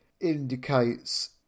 indicates